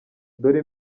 dore